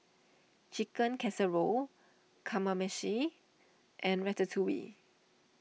Chicken Casserole Kamameshi and Ratatouille